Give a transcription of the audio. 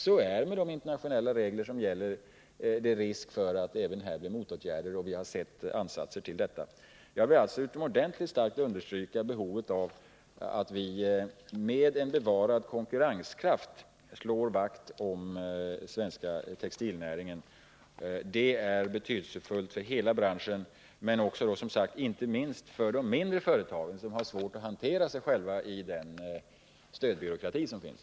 Med gällande internationella regler finns det risk för motåtgärder, och vi har sett ansatser till detta. Jag vill alltså utomordentligt starkt understryka behovet av att vi med en bevarad konkurrenskraft slår vakt om den svenska textilnäringen. Det är betydelsefullt för hela branschen — och, som sagt, inte minst för de mindre företagen, som har svårt att hantera sig själva i den stödbyråkrati som finns.